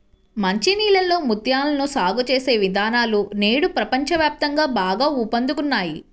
మంచి నీళ్ళలో ముత్యాలను సాగు చేసే విధానాలు నేడు ప్రపంచ వ్యాప్తంగా బాగా ఊపందుకున్నాయి